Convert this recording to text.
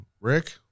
rick